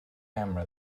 camera